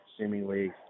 seemingly